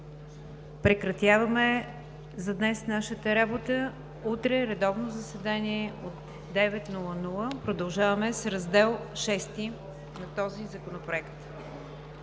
Прекратяваме за днес нашата работа. Утре редовно заседание от 9,00 ч. – продължаваме с Раздел VI на този законопроект.